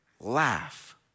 laugh